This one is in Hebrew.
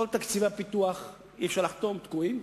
כל תקציבי הפיתוח, אי-אפשר לחתום, תקועים.